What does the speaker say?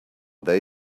they